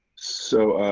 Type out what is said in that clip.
so,